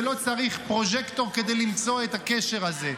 ולא צריך פרוז'קטור כדי למצוא את הקשר הזה.